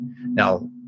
Now